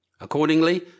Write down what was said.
Accordingly